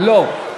לא.